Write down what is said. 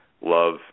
love